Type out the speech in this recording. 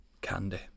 Candy